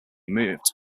moved